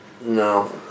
No